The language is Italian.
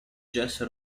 jesse